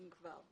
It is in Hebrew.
מחקר.